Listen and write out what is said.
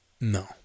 No